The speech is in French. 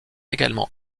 également